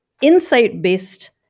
insight-based